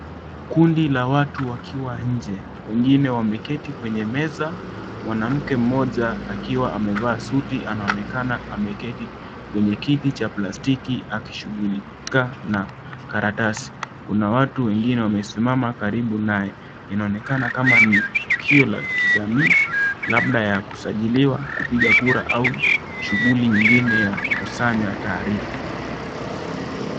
Kundi la watu wakiwa nje. Wengine wameketi kwenye meza mwanamke mmoja akiwa amevaa suti anaonekana ameketi kwenye kiti cha plastiki akishughulika na karatasi. Kuna watu wengine wamesimama karibu naye. Inaonekana kama ni tukio la kijamii labda ya kusajiliwa kupiga kura au shughuli nyingine ya kusanya taarifa.